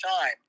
time